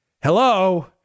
Hello